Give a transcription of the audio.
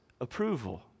approval